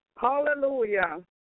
Hallelujah